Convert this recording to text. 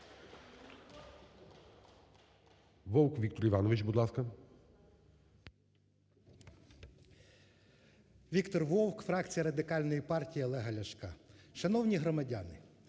Віктор Вовк, фракція Радикальної партії Олега Ляшка. Шановні громадяни,